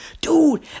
Dude